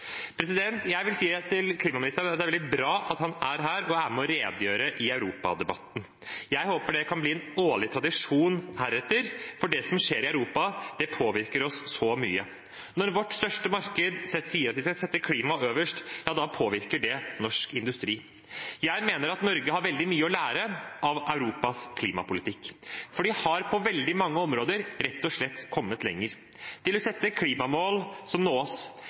Jeg vil si til klimaministeren at det er veldig bra at han er her og er med og redegjør i europadebatten. Jeg håper det kan bli en årlig tradisjon heretter, for det som skjer i Europa, påvirker oss så mye. Når vårt største marked sier at de skal sette klima øverst, ja, da påvirker det norsk industri. Jeg mener at Norge har veldig mye å lære av Europas klimapolitikk, for de har på veldig mange områder rett og slett kommet lenger – i å sette klimamål som nås,